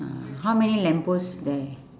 uh how many lamppost there